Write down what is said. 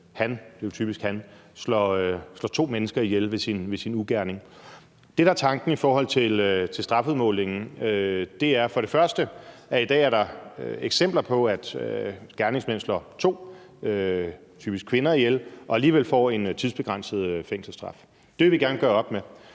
en mand – slår to mennesker ihjel ved sin ugerning. Det, der er tanken i forhold til strafudmålingen, er for det første, at der i dag er eksempler på, at gerningsmænd slår to, typisk kvinder, ihjel og alligevel får en tidsbegrænset fængselsstraf. Det vil vi gerne gøre op med,